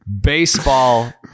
baseball